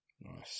Nice